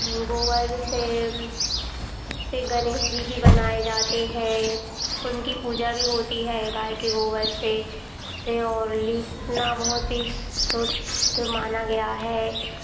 गोबर से से गणेश जी भी बनाए जाते हैं उनकी पूजा भी होती है गाय के गोबर से से और लीपना बहुत ही शुद्ध माना गया है